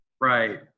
Right